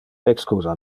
excusa